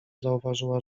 zauważyła